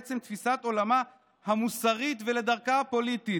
לעצם תפיסת עולמה המוסרית ולדרכה הפוליטית.